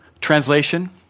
Translation